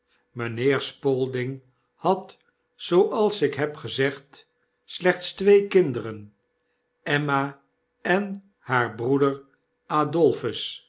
mijnheer spalding had zooals ik heb gezegd slechts twee kinderen emma en haar broeder